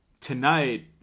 Tonight